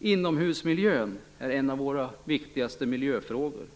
Inomhusmiljön är en av våra viktigaste miljöfrågor.